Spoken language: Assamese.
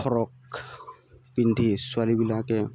ফ্ৰক পিন্ধি ছোৱালীবিলাকে